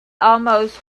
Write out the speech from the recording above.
almost